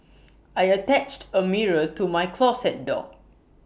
I attached A mirror to my closet door